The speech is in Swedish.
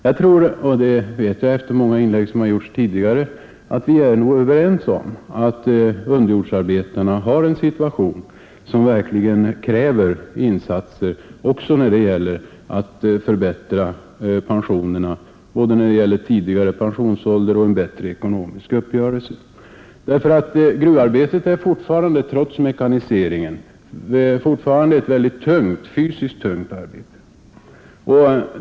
Jag vet efter många inlägg som gjorts tidigare i debatter i ärendet, att vi är överens om att underjordsarbetarna har en situation som verkligen kräver insatser också när det gäller att förbättra pensionerna både vad beträffar tidigare pensionsålder och en bättre ekonomisk uppgörelse, därför att gruvarbetet är fortfarande trots mekaniseringen ett fysiskt väldigt tungt arbete.